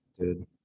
Dude